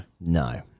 no